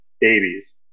babies